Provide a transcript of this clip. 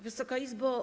Wysoka Izbo!